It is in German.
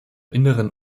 inneren